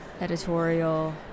editorial